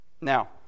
Now